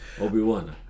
Obi-Wan